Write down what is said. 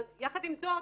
עם זאת,